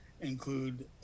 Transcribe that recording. include